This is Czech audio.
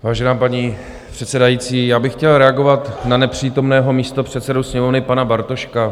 Vážená paní předsedající, já bych chtěl reagovat na nepřítomného místopředsedu Sněmovny, pana Bartoška.